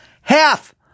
Half